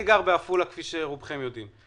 אני גר בעפולה כפי שרובכם יודעים.